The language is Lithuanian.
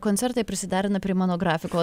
koncertai prisiderina prie mano grafiko